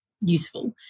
useful